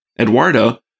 Eduardo